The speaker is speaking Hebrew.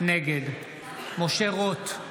נגד משה רוט,